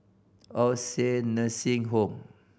All Saint Nursing Home